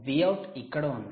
Vout ఇక్కడ ఉంది